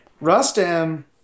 Rustam